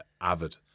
avid